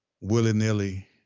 willy-nilly